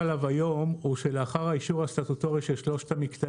תארו לעצמכם מצב שבו מפנים את כל המושבים בקו